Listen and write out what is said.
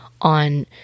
on